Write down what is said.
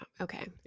okay